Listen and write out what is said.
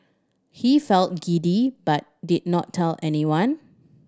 he felt giddy but did not tell anyone